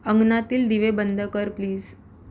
अंगणातील दिवे बंद कर प्लीज